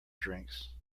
drinks